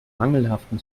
mangelhaften